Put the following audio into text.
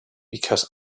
because